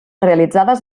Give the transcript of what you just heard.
realitzades